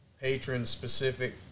patron-specific